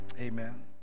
amen